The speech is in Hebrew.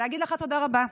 להגיד לך תודה רבה,